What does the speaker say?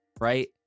right